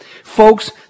Folks